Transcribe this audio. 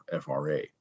FRA